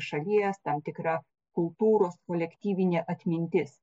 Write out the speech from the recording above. šalies tam tikra kultūros kolektyvinė atmintis